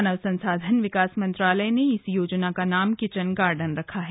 मानव संसाधन विकास मंत्रालय ने इस योजना का नाम किचन गार्डन रखा है